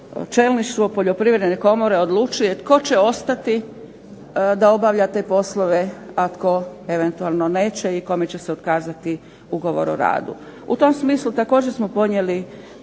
čelništvo Poljoprivredne komore odlučuje tko će ostati da obavlja te poslove, a tko eventualno neće i kome će se otkazati Ugovor o radu. U tom smislu također smo podnijeli